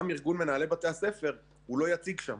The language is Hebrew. גם ארגון מנהלי בתי הספר הוא לא יציג שם.